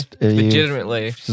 Legitimately